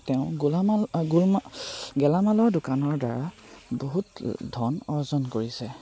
তেওঁ গোলামাল গোল গেলামালৰ দোকানৰ দ্বাৰা বহুত ধন অৰ্জন কৰিছে